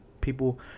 people